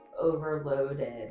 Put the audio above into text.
overloaded